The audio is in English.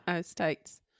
states